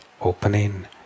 opening